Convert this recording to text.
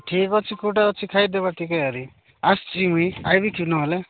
ଠିକ୍ ଅଛି କେଉଁଠେ ଅଛି ଖାଇଦେବା ଠିକ୍ ହେରି ଆସିଛି ମୁଁ ଆସିବି କି ନହେଲେ